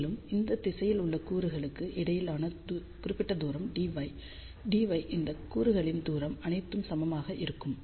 மேலும் இந்த திசையில் உள்ள கூறுகளுக்கு இடையேயான குறிப்பிட்ட தூரம் dy dy இந்த கூறுகளின் தூரம் அனைத்தும் சமமாக இருக்கும்